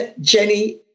Jenny